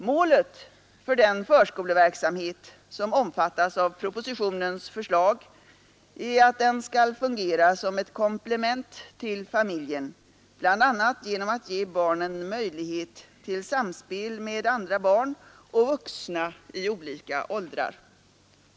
Målet för den förskoleverksamhet som omfattas av propositionens förslag är att den skall fungera som ett komplement till familjen bl.a. genom att ge barnen möjlighet till samspel med andra barn och vuxna i olika åldrar.